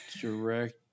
direct